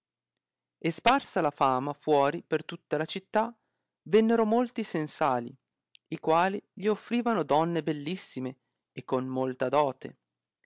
e sparsa la l'ama fuori per tutta la città vennero molti sensali i quali gli offerivano donne bellissime e con molta dote